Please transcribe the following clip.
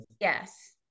Yes